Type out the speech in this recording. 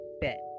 bet